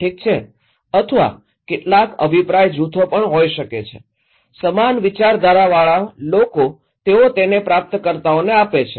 ઠીક છે અથવા કેટલાક અભિપ્રાય જૂથો હોઈ શકે છે સમાન વિચારધારાવાળા લોકો તેઓ તેને પ્રાપ્તકર્તાઓને આપે છે